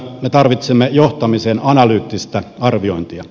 me tarvitsemme johtamisen analyyttista arviointia